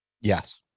yes